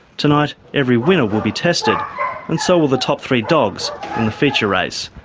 tonight, every winner will be tested and so will the top three dogs in the feature race.